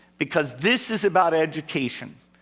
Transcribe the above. because this is about education.